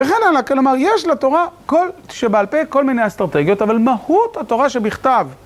וכן הלאה, כלומר יש לתורה שבעל פה כל מיני אסטרטגיות, אבל מהות התורה שבכתב